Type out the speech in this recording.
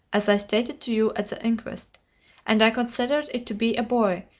as i stated to you at the inquest and i considered it to be a boy,